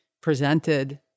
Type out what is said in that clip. presented